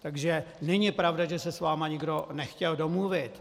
Takže není pravda, že se s vámi nikdo nechtěl domluvit.